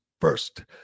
First